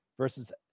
Versus